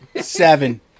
Seven